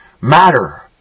matter